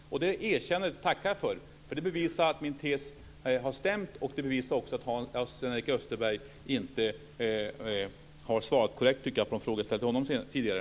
Det erkännandet tackar jag för, för det bevisar att min tes här har stämt. Det bevisar också att Sven-Erik Österberg inte har svarat korrekt, tycker jag, på de frågor som jag ställde till honom tidigare.